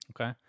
Okay